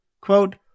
Quote